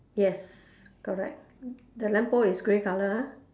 yes correct the lamp pole is grey color ah